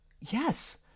yes